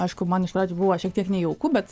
aišku man iš pradžių buvo šiek tiek nejauku bet